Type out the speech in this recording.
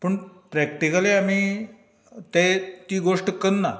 पूण प्रेक्टिकली आमी ते ती गोष्ट करनात